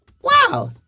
wow